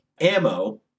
ammo